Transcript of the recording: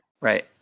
right